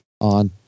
on